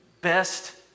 best